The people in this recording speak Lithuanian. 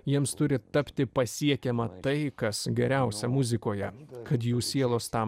jiems turi tapti pasiekiama tai kas geriausia muzikoje kad jų sielos tam